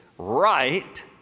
Right